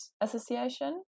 association